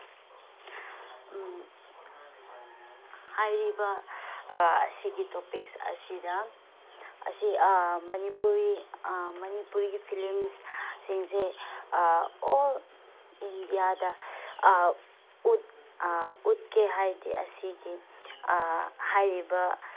ꯍꯥꯏꯔꯤꯕ ꯑꯁꯤꯒꯤ ꯇꯣꯄꯤꯛ ꯑꯁꯤꯗ ꯑꯁꯤ ꯃꯅꯤꯄꯨꯔꯤ ꯃꯅꯤꯄꯨꯔꯤꯒꯤ ꯐꯤꯂꯤꯝꯁꯁꯤꯡꯁꯦ ꯑꯣꯜ ꯏꯟꯗꯤꯌꯥꯗ ꯎꯠꯀꯦ ꯍꯥꯏꯗꯤ ꯑꯁꯤꯒꯤ ꯍꯥꯏꯔꯤꯕ